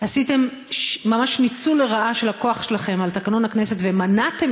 עשיתם ממש ניצול לרעה של הכוח שלכם על תקנון הכנסת ומנעתם